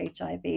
HIV